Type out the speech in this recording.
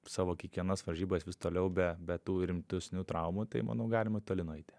savo kiekvienas varžybas vis toliau be be tų rimtesnių traumų tai manau galima toli nueiti